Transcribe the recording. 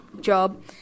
job